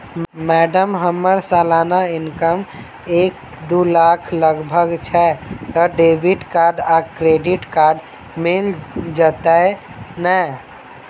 Madam हम्मर सलाना income एक दु लाख लगभग छैय तऽ डेबिट कार्ड आ क्रेडिट कार्ड मिल जतैई नै?